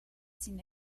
sin